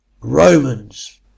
romans